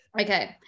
Okay